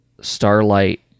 Starlight